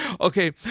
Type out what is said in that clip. Okay